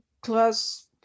class